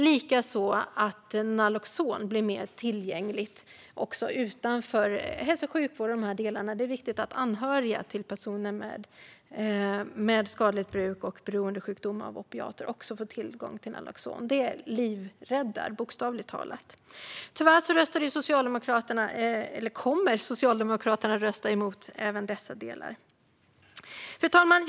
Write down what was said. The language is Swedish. Likaså att naloxon blir mer tillgängligt även utanför hälso och sjukvården i de här delarna. Det är viktigt att också anhöriga till personer med skadligt bruk och beroendesjukdomar får tillgång till naloxon. Det räddar liv, bokstavligt talat. Tyvärr kommer Socialdemokraterna att rösta emot även dessa delar. Fru talman!